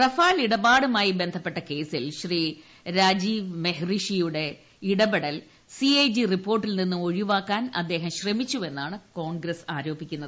Rafale ഇടപാടുമായി ബന്ധപ്പെട്ട കേസിൽ രാജീവിന്റെ ഇടപെടൽ സി എ ജി റിപ്പോർട്ടിൽ നിന്നും ഒഴിവാക്കാൻ അദ്ദേഹം ശ്രമിച്ചു എന്നാണ് കോൺഗ്രസ് ആരോപിച്ചത്